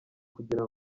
kugira